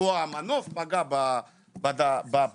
המנוף פגע בפיגום